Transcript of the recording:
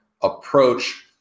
approach